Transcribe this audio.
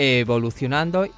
evolucionando